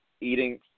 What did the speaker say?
eating